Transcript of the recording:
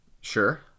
Sure